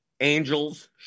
angels